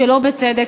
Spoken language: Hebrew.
שלא בצדק,